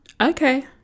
Okay